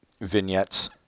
vignettes